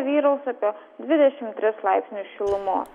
vyraus apie dvidešim tris laipsnius šilumos